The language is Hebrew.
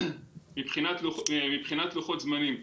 מבחינת לוחות זמנים: